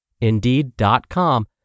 Indeed.com